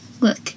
Look